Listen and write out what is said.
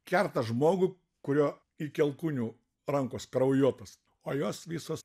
kerta žmogų kurio iki alkūnių rankos kraujuotos o jos visos